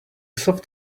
soft